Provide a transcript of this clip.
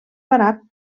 barat